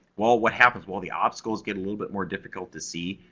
well, what happens? will the obstacles get a little but more difficult to see?